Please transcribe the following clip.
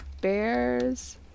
bears